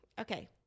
Okay